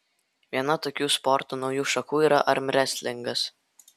viena tokių sporto naujų šakų yra armrestlingas